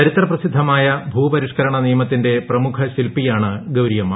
ചരിത്രപ്രസിദ്ധമായ ഭൂപരിഷ്കരണ നിയമത്തിന്റെ പ്രമുഖ ശില്പിയാണ് ഗൌരിയമ്മ